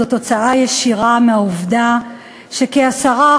זו תוצאה ישירה של העובדה שכ-10%